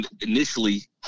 initially